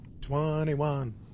Twenty-one